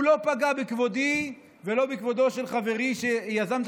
הוא לא פגע בכבודי ולא בכבודו של חברי שיזם את